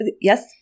Yes